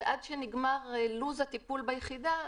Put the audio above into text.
ועד שנגמר לו"ז הטיפול ביחידה,